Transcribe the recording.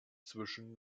zwischen